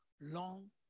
long